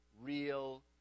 real